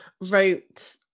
wrote